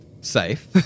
safe